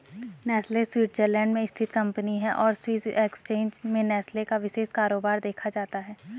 Nestle Switzerland में स्थित company है और स्विस एक्सचेंज में नेस्ले का विशेष कारोबार देखा जाता है